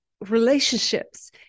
relationships